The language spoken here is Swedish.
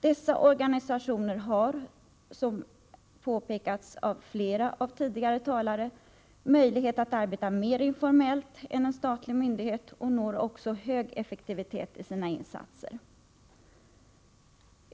Dessa organisationer har, som påpekats av flera tidigare talare, möjlighet att arbeta mer informellt än en statlig myndighet och når också hög effektivitet i sina insatser.